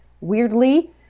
weirdly